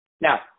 now